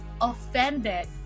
offended